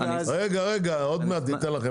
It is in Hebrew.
רגע רגע, עוד מעט ניתן לכם.